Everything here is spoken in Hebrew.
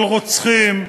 על רוצחים,